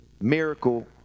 miracle